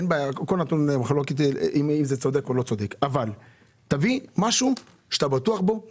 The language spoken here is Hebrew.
אין בעיה אבל תביא משהו שאתה בטוח בו,